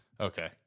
Okay